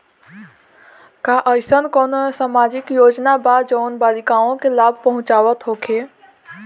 का एइसन कौनो सामाजिक योजना बा जउन बालिकाओं के लाभ पहुँचावत होखे?